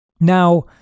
Now